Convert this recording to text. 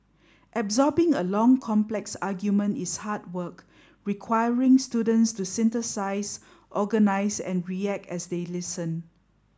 absorbing a long complex argument is hard work requiring students to synthesise organise and react as they listen